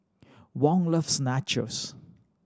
Wong loves Nachos